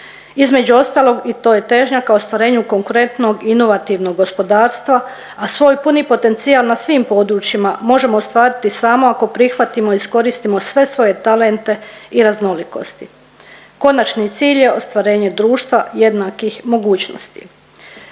Između ostalog i to je težnja ka ostvarenju konkurentnog, inovativnog gospodarstva, a svoj puni potencijal na svim područjima možemo ostvariti samo ako prihvatimo i iskoristimo sve svoje talente i raznolikosti. Konačni cilj je ostvarenje društva jednakih mogućnosti.